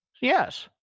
Yes